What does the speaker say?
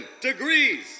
degrees